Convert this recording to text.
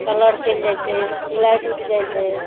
colour चलि जाए छै सिलाइ टुटि जाए छै